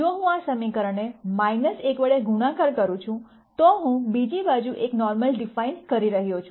જો હું આ સમીકરણને 1 વડે ગુણાકાર કરું છું તો હું બીજી બાજુ એક નોર્મલ ડિફાઇન કરી રહ્યો છું